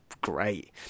great